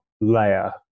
layer